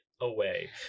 away